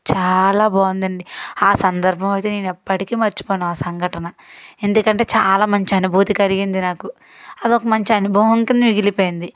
చాలా బాగుందండి ఆ సందర్భం అయితే నేను ఎప్పటికీ మర్చిపోను ఆ సంఘటన ఎందుకంటే చాలా మంచి అనుభూతి కలిగింది నాకు అదొక మంచి అనుభవంతో మిగిలిపోయింది